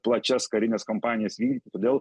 plačias karines kompanijas todėl